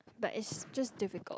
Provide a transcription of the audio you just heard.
but it's just difficult